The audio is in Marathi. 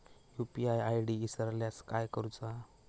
यू.पी.आय आय.डी इसरल्यास काय करुचा?